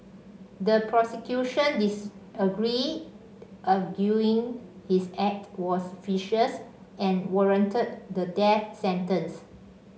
the prosecution disagreed arguing his act was vicious and warranted the death sentence